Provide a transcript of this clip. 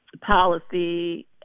policy